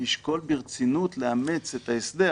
לשקול ברצינות לאמץ את ההסדר,